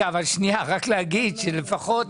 אם מישהו היה מגיע לאופקים,